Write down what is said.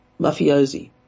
mafiosi